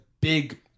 big